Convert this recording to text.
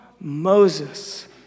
Moses